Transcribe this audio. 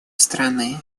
страны